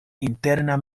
interna